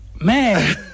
man